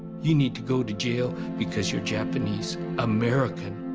you need to go to jail because you're japanese american.